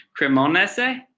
Cremonese